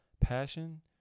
passion